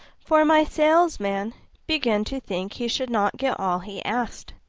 for my salesman began to think he should not get all he asked,